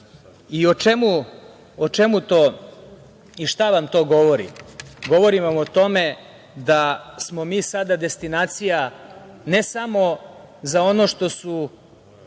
evra. Šta vam to govori? Govori vam o tome da smo mi sada destinacija ne samo za ono što su